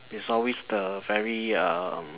is always the very um